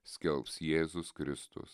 skelbs jėzus kristus